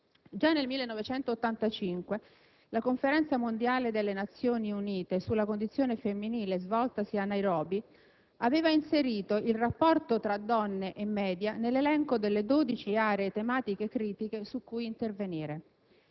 Già nel 1985 la Conferenza mondiale delle Nazioni Unite sulla condizione femminile, svoltasi a Nairobi, aveva inserito il rapporto tra donne e *media* nell'elenco delle 12 aree tematiche critiche su cui intervenire.